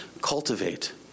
Cultivate